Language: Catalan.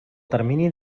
termini